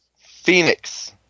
Phoenix